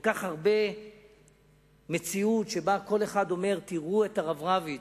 כל כך הרבה מציאות שבה כל אחד אומר: תראו את הרב רביץ,